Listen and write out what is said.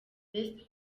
best